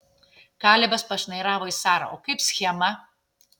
kalebas pašnairavo į sarą o kaip schema